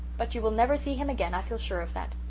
but you will never see him again. i feel sure of that.